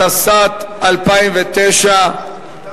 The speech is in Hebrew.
התשס"ט 2009,